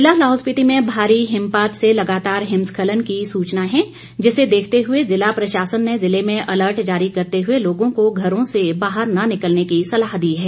जिला लाहौल स्पीति में भारी हिमपात से लगातार हिमस्खलन की सूचना है जिसे देखते हुए जिला प्रशासन ने जिले में अलर्ट जारी करते हुए लोगों को घरों से बाहर न निकलने की सलाह दी है